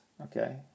okay